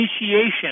Initiation